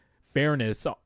fairness